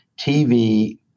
TV